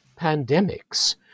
pandemics